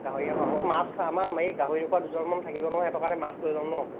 গাহৰি খা মাছ আমাৰ এই গাহৰি নোখোৱা দুজনমান থাকিব নহয় সিহঁতৰ কাৰণে মাছ লৈ ল'ম ন